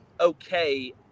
okay